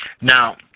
Now